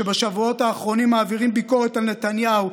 שבשבועות האחרונים מעבירים ביקורת על נתניהו,